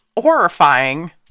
horrifying